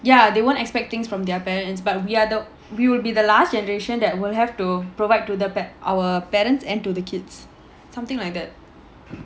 ya they won't expect things from their parents but we will be the last generation that will have to provide to the our parents and to the kids something like that